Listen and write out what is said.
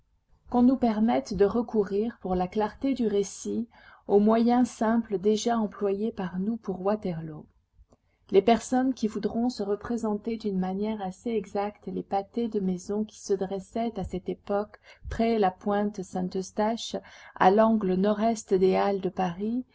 qu'on nous permette de recourir pour la clarté du récit au moyen simple déjà employé par nous pour waterloo les personnes qui voudront se représenter d'une manière assez exacte les pâtés de maisons qui se dressaient à cette époque près la pointe saint-eustache à l'angle nord-est des halles de paris